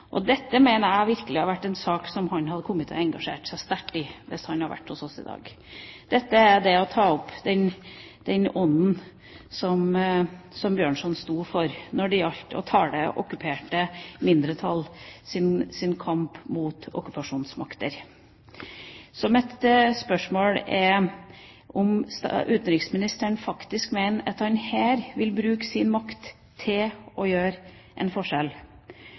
Dette mener jeg virkelig er en sak han hadde kommet til å engasjere seg sterkt i hvis han hadde vært hos oss i dag. Dette ville være å ta opp den ånden som Bjørnson sto for når det gjelder å tale det okkuperte mindretalls kamp mot okkupasjonsmakter. Mitt spørsmål er om utenriksministeren mener at han her vil bruke sin makt til å gjøre en forskjell.